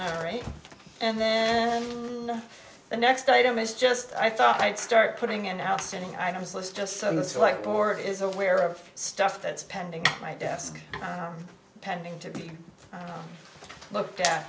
right and then the next item is just i thought i'd start putting an outstanding items list just so it's like board is aware of stuff that's pending my desk pending to be looked at